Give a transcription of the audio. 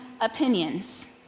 opinions